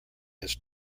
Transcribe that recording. his